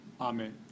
Amen